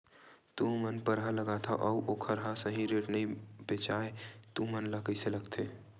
तू मन परहा लगाथव अउ ओखर हा सही रेट मा नई बेचवाए तू मन ला कइसे लगथे?